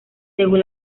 según